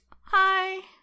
Hi